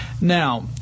Now